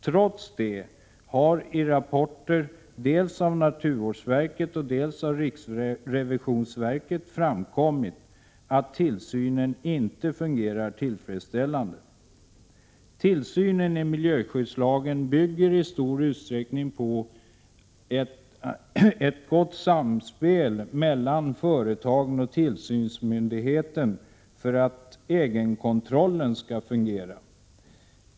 Trots detta har i rapporter, dels från naturvårdsverket, dels från riksrevisionsverket framkommit att tillsynen inte fungerar tillfredsställande. Tillsynen enligt miljöskyddslagen bygger i stor utsträckning på ett gott 159 samspel mellan företagen och tillsynsmyndigheten för att egenkontrollen skall fungera.